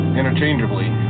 interchangeably